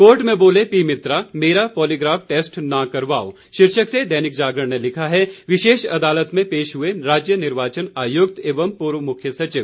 court में बोले P Mitra मेरा पॉलीग्राफ टैस्ट न करवाओ शीर्षक से दैनिक जागरण ने लिखा है विशेष अदालत में पेश हुए राज्य निर्वाचन आयुक्त एवं पूर्व मुख्य सचिव